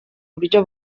buryo